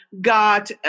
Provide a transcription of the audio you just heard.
got